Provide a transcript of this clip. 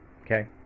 okay